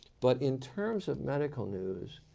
but in terms of medical news,